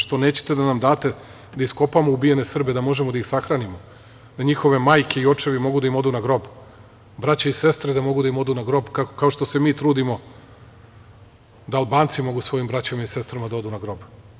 Što nećete da nam date da iskopamo ubijene Srbe, da možemo da ih sahranimo, da njihove majke i očevi mogu da im odu na grob, braća i sestre da mogu da im odu na grob, kao što se mi trudimo da Albanci mogu svojim braćama i sestrama da odu na grob?